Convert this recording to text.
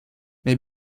mais